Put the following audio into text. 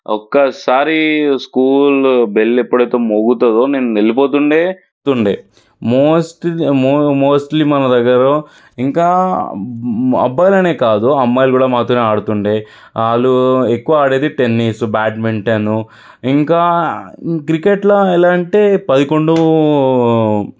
ఒక్కసారి school bell ఎప్పుడైతే మోగుతుందో నేను వెళ్ళిపోతుండే మోస్ట్ మోస్ట్లీ మన దగ్గర ఇంకా అబ్బాయిలనే కాదు అమ్మాయిలు కూడా మాతోనే ఆడుతుండే వాళ్ళు ఎక్కువ ఆడేది టెన్నిస్ బ్యాడ్మింటన్ను ఇంకా క్రికెట్లో ఎలా అంటే పదకొండో